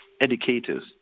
educators